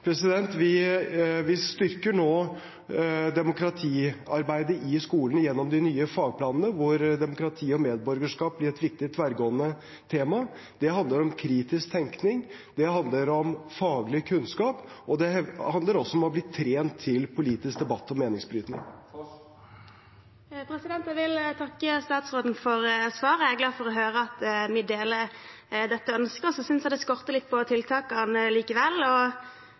skolen gjennom de nye fagplanene, hvor demokrati og medborgerskap blir et viktig tverrgående tema. Det handler om kritisk tenkning, det handler om faglig kunnskap, og det handler om å bli trent til politisk debatt og meningsbrytning. Jeg vil takke statsråden for svaret. Jeg er glad for å høre at vi deler dette ønsket. Jeg synes likevel det skorter litt på tiltakene,